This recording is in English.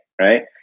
right